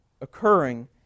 occurring